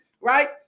right